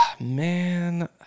man